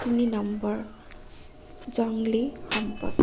তিনি নম্বৰ জংলী সম্পদ